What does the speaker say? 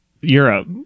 Europe